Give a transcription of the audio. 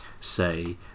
say